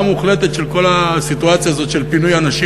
מוחלטת של כל הסיטואציה הזאת של פינוי אנשים,